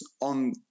on